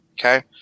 Okay